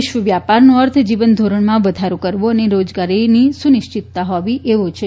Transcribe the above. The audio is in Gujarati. વિશ્વ વ્યાપારનો અર્થ જીવન ધોરણમાં વધારો કરવો અને રોજગારીની સુનિશ્ચિતા હોવી એવો છે